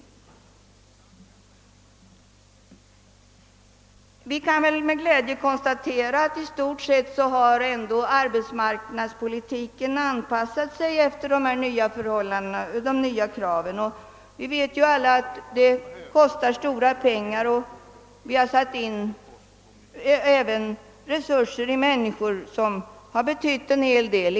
Men vi kan med glädje konstatera att arbetsmarknadspolitiken ändå i stort sett har anpassat sig efter de nya kraven. Vi vet alla att detta kostar mycket pengar och att det även satts in ökade personalresurser som har betytt en hel del.